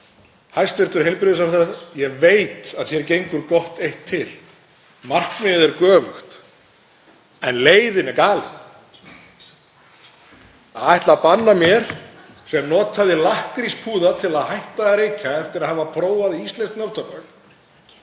hæstv. heilbrigðisráðherra gengur gott eitt til. Markmiðið er göfugt en leiðin er galin. Að ætla að banna mér, sem notaði lakkríspúða til að hætta að reykja eftir að hafa prófað íslenskt neftóbak,